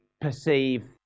perceive